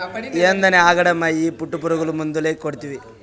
ఏందినీ ఆగడం, అయ్యి పట్టుపురుగులు మందేల కొడ్తివి